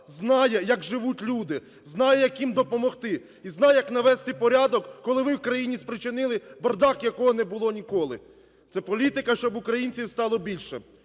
знає, як живуть люди, знає, як їм допомогти, і знає, як навести порядок, коли ви в країні спричинили бардак, якого не було ніколи, - це політика, щоб українців стало більше,